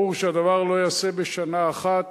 ברור שהדבר לא ייעשה בשנה אחת,